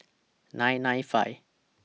nine nine five